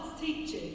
teaching